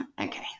okay